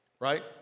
right